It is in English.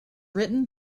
written